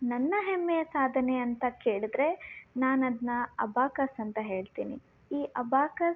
ನನ್ನ ಹೆಮ್ಮೆಯ ಸಾಧನೆಯಂತ ಕೇಳಿದರೆ ನಾನು ಅದನ್ನ ಅಬಾಕಸ್ ಅಂತ ಹೇಳ್ತೀನಿ ಈ ಅಬಾಕಸ್